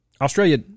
Australia